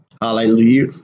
hallelujah